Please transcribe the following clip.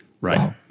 Right